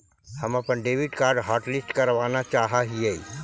हम अपन debit card hotlist करावाना चाहा हियई